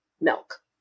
milk